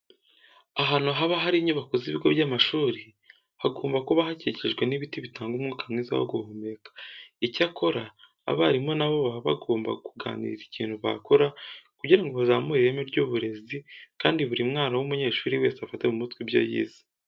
Ahantu haba hari inyubako z'ibigo by'amashuri hagomba kuba hakikijwe n'ibiti bitanga umwuka mwiza wo guhumeka. Icyakora abarimu na bo baba bagomba kuganira ikintu bakora kugira ngo bazamure ireme ry'uburezi kandi buri mwana w'umunyeshuri wese afate mu mutwe ibyo yize.